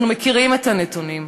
אנחנו מכירים את הנתונים,